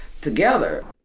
together